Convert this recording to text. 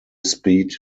speed